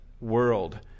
world